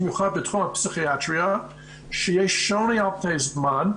במיוחד בתחום הפסיכיאטריה שיש שוני על פני זמן,